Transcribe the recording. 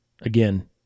again